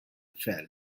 fell